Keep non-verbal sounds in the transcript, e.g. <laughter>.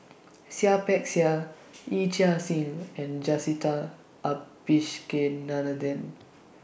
<noise> Seah Peck Seah Yee Chia Hsing and Jacintha <unintelligible>